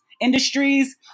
industries